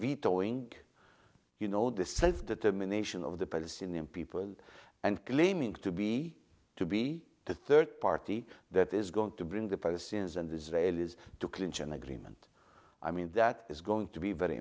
vetoing you know the self determination of the palestinian people and claiming to be to be the third party that is going to bring the presidents and israelis to clinch an agreement i mean that is going to be very